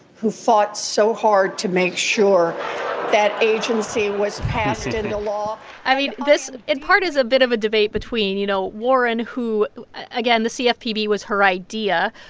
who fought so hard to make sure that agency was passed into law i mean, this, in part, is a bit of a debate between, you know, warren who again, the cfpb was her idea,